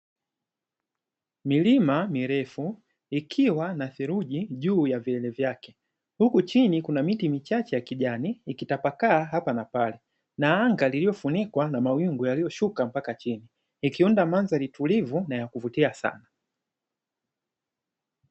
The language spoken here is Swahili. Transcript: Milima mirefu ikiwa na theluji juu ya vilele vyake, huku chini kuna miti michache ya kijani, ikitapakaa hapa na pale, na anga liliofunikwa na mawingu yaliyoshuka mpaka chini, ikiunda mandhari tulivu na ya kuvutia sana.